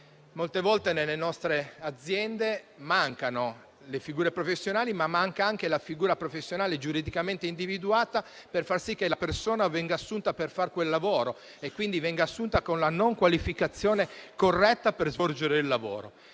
Molte volte nelle nostre aziende mancano le figure professionali, ma manca anche la figura professionale giuridicamente individuata per far sì che la persona venga assunta per fare quel lavoro e con la qualificazione corretta per svolgere il lavoro.